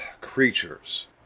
creatures